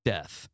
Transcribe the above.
Death